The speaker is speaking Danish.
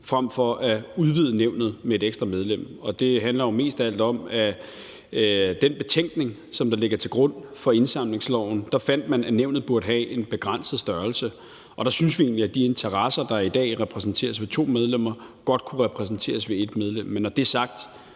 frem for at udvide nævnet med et ekstra medlem. Og det handler mest af alt om, at i den betænkning, der ligger til grund for indsamlingsloven, fandt man, at nævnet burde have en begrænset størrelse. Og der synes vi egentlig, at de interesser, der er i dag repræsenteres ved to medlemmer, godt kunne repræsenteres ved et medlem. Men når det er sagt,